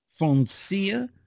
Foncia